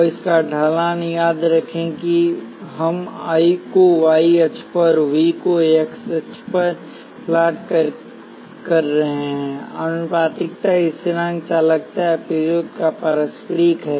और इसका ढलान याद रखें कि हम I को y अक्ष पर V को x अक्ष पर प्लॉट कर रहे हैं आनुपातिकता स्थिरांक चालकता या प्रतिरोध का पारस्परिक है